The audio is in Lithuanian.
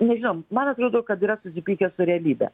nežinau man atrodo kad yra susipykę su realybe